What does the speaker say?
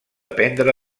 prendre